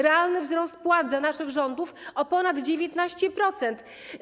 Realny wzrost płac za naszych rządów o ponad 19%.